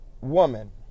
woman